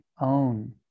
own